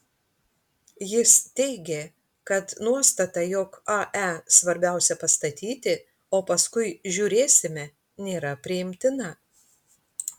jis teigė kad nuostata jog ae svarbiausia pastatyti o paskui žiūrėsime nėra priimtina